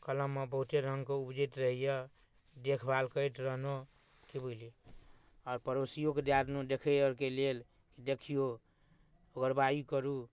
कलममे बहुते रङ्गके उपजैत रहै यऽ देखभाल करैत रहलहुॅं की बुझलियै आओर पड़ोसियोके दए देलहुॅं दखै आरके लेल कि दखियौ ओगरबाही करू